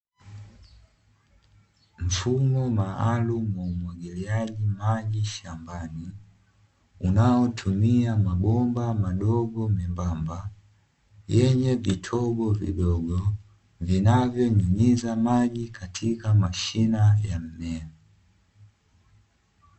Mfumo maalum wa umwagiliaji maji shambani. Unaotumia mabomba madogo membamba yenye vitobo vidogo, vinavyonyunyiza maji katika mashina ya mmea.